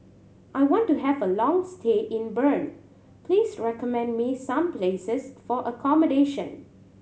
I want to have a long stay in Bern please recommend me some places for accommodation